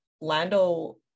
Lando